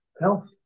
health